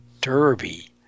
Derby